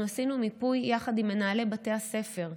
אנחנו עשינו מיפוי יחד עם מנהלי בתי הספר,